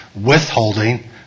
withholding